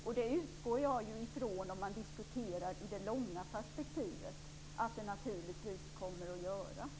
Om man diskuterar det långa perspektivet utgår jag ifrån att det kommer att göra det.